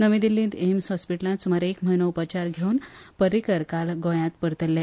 नवी दिल्लींत एम्स हॉस्पिट्लांत सुमार एक म्हयनो उपचार घेवन पर्रिकर काल गोंयात परतल्ले